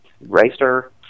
racer